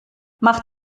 mach